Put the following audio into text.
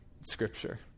scripture